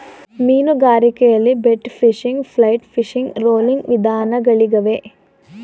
ಮೀನುಗಾರಿಕೆಯಲ್ಲಿ bait fishing, flight fishing, rolling ವಿಧಾನಗಳಿಗವೆ